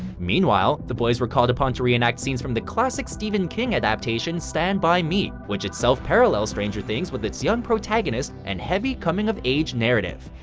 meanwhile, the boys were called upon to reenact scenes from the classic stephen king adaptation, stand by me. which itself parallels stranger things with its young protagonists and heavy coming of age narrative.